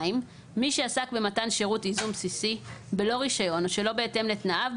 מי שעסק במתן שירות ייזום בסיסי בלא רישיון או שלא בהתאם לתנאיו,